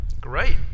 Great